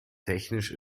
technisch